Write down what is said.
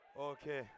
Okay